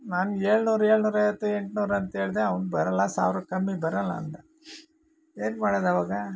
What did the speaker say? ನಾನು ಏಳ್ನೂರು ಏಳ್ನೂರ ಐವತ್ತು ಎಂಟ್ನೂರು ಅಂತೇಳಿದೆ ಅವ್ನು ಬರೋಲ್ಲ ಸಾವಿರಕ್ಕೆ ಕಮ್ಮಿ ಬರೋಲ್ಲ ಅಂದ ಏನು ಮಾಡೋದವಾಗ